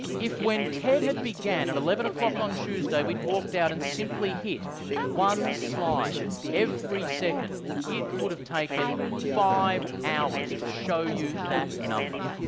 if, when ted had begun, at eleven o'clock on tuesday, we'd walked out and simply hit one slide every second, it would have taken five hours to show you that number.